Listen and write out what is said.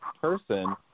person